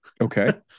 Okay